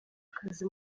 akazi